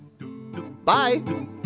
Bye